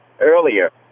earlier